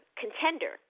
contender